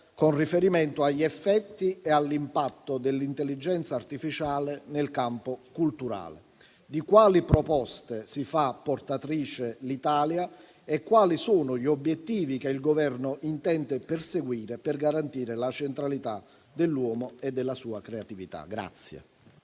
con riferimento agli effetti e all'impatto dell'intelligenza artificiale nel campo culturale; di quali proposte si fa portatrice l'Italia e quali sono gli obiettivi che il Governo intende perseguire per garantire la centralità dell'uomo e della sua creatività.